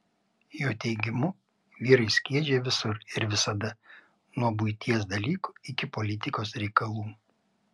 jo teigimu vyrai skiedžia visur ir visada nuo buities dalykų iki politikos reikalų